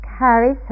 carry